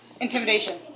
Intimidation